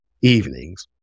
evenings